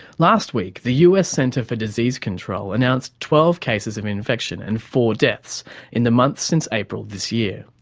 last week the us centre for disease control announced twelve cases of infection and four deaths in the months since april this year.